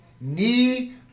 knee